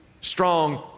strong